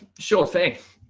sure thing.